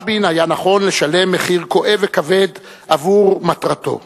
רבין היה נכון לשלם מחיר כואב וכבד עבור מטרתו.